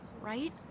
right